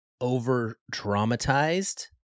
over-dramatized